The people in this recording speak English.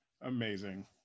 amazing